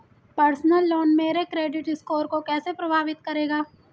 Personal loan मेरे credit score को कैसे प्रभावित करेगा?